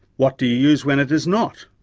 what do you use when it is not?